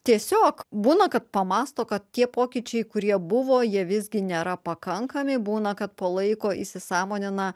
tiesiog būna kad pamąsto kad tie pokyčiai kurie buvo jie visgi nėra pakankami būna kad po laiko įsisąmonina